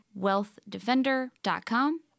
wealthdefender.com